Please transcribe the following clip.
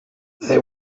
they